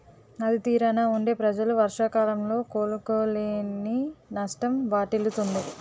నది తీరాన వుండే ప్రజలు వర్షాకాలంలో కోలుకోలేని నష్టం వాటిల్లుతుంది